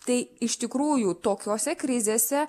tai iš tikrųjų tokiose krizėse